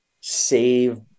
save